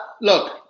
look